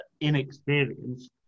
inexperienced